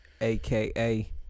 aka